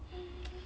mm